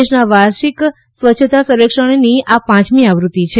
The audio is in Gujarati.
દેશના વાર્ષિક સ્વચ્છતા સર્વેક્ષણની આ પાંચમી આવત્તિ છે